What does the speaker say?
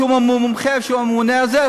שהוא מומחה והוא הממונה על זה,